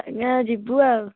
ଆଜ୍ଞା ଯିବୁ ଆଉ